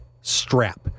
strap